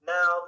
Now